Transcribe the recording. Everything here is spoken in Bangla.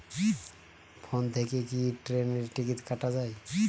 ফোন থেকে কি ট্রেনের টিকিট কাটা য়ায়?